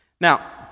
Now